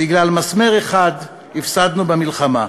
בגלל מסמר אחד הפסדנו במלחמה.